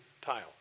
tile